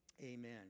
amen